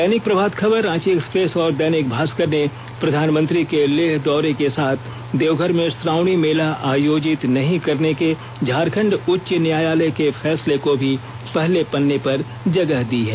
दैनिक Prabhat Khabar Ranchi express और दैनिक भास्कर ने प्रधानमंत्री के लेह दौरे के साथ देवघर में श्रावणी मेला आयोजित नहीं करने के झारखंड उच्च न्यायालय के फैसले को भी पहले पन्ने पर जगह दी है